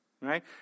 right